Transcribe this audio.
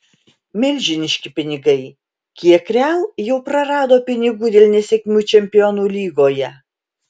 milžiniški pinigai kiek real jau prarado pinigų dėl nesėkmių čempionų lygoje